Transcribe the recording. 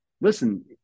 listen